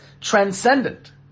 transcendent